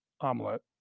omelet